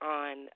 on